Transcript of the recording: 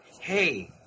hey